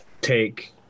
take